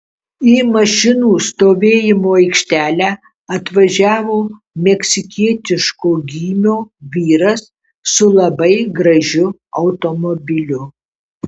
į mašinų stovėjimo aikštelę atvažiavo meksikietiško gymio vyras su labai gražiu automobiliu